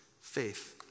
faith